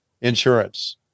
insurance